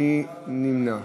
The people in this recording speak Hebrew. מי נמנע?